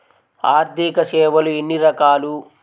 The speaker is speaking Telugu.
ఆర్థిక సేవలు ఎన్ని రకాలు?